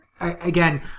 again